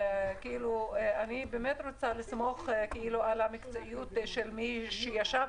אני באמת רוצה לסמוך על המקצועיות של מי שישב,